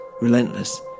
relentless